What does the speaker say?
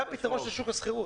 זה הפתרון של שוק השכירות.